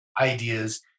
ideas